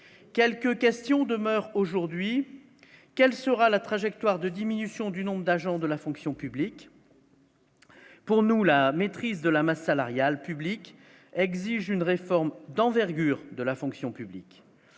quelques questions demeurent aujourd'hui quelle sera la trajectoire de diminution du nombre d'agents de la fonction publique. Pour nous, la maîtrise de la masse salariale publique exige une réforme d'envergure de la fonction publique,